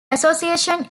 association